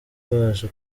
baje